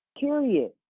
Period